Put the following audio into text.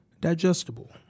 digestible